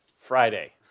Friday